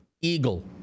Eagle